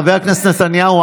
חבר הכנסת נתניהו,